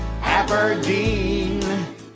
Aberdeen